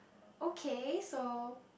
okay so